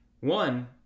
one